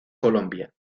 colombia